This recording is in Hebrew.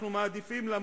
אנחנו מעדיפים למות,